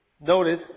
notice